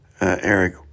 Eric